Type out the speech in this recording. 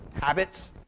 habits